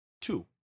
Two